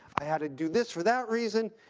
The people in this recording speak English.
i had to do this for that reason.